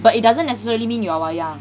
but it doesn't necessarily mean you are wayang